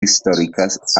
históricas